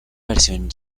versión